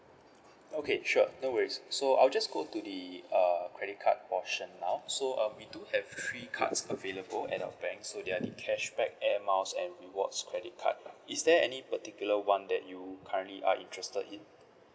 okay sure no worries so I'll just go to the uh credit card option now so um we do have three cards available at our banks so they are the cashback air miles and rewards credit card lah is there any particular one that you currently are interested in